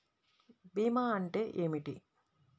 భీమా అంటే ఏమిటి?